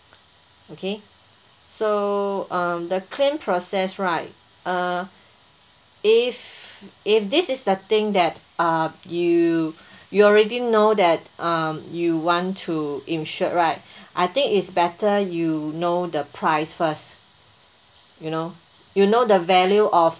okay so err the claim process right uh if if this is the thing that uh you you already know that um you want to insure right I think is better you know the price first you know you know the value of